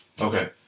Okay